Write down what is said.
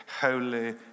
holy